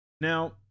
Now